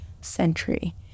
century